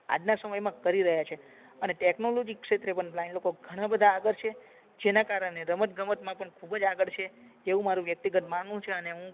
આજના સમયમાં કરી રહ્યા છે અને ટેકનોલોજી ક્ષેત્રે પણ બ્લાઇન્ડ લોકો ઘણાં બધા આગળ છે જેના કારણે રમતગમતમાં પણ ખૂબ જ આગળ છે તેવું મારું વ્યક્તિગત માનવું છે અને હું